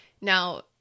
Now